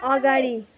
अगाडि